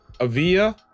Avia